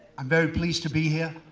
i'm very pleased to be here.